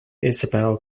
isabel